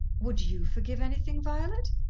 would you forgive anything, violet?